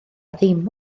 ddim